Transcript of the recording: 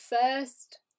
first